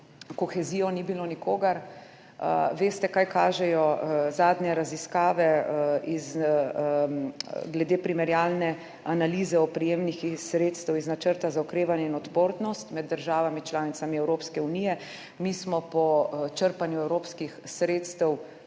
kohezijo ni bilo nikogar – veste, kaj kažejo zadnje raziskave glede primerjalne analize o prejemnikih iz sredstev iz načrta za okrevanje in odpornost med državami članicami Evropske unije? Mi smo po črpanju evropskih sredstev